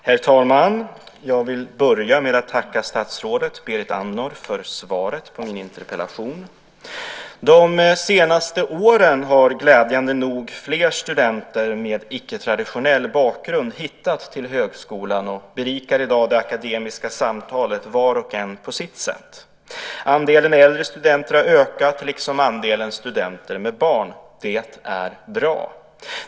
Herr talman! Jag vill börja med att tacka statsrådet Berit Andnor för svaret på min interpellation. De senaste åren har glädjande nog fler studenter med icke-traditionell bakgrund hittat till högskolan och berikar i dag det akademiska samtalet var och en på sitt sätt. Andelen äldre studenter har ökat liksom andelen studenter med barn. Det är bra.